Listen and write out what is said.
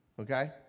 okay